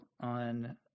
on